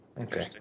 Okay